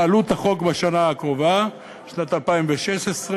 עלות החוק בשנה הקרובה, שנת 2016,